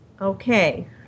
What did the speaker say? okay